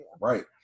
right